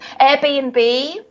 airbnb